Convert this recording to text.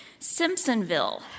Simpsonville